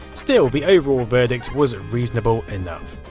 still the overall verdict was reasonable enough.